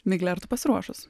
migle ar tu pasiruošus